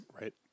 Right